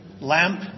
lamp